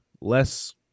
less